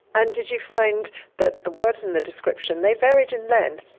and did you find that the words in the descriptions, they varied in length?